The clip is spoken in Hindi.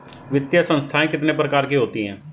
वित्तीय संस्थाएं कितने प्रकार की होती हैं?